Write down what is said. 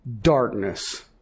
darkness